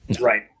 Right